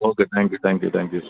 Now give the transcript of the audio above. okay thank you thank you thank you